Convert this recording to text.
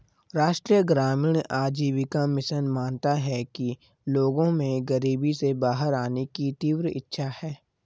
राष्ट्रीय ग्रामीण आजीविका मिशन मानता है कि लोगों में गरीबी से बाहर आने की तीव्र इच्छा है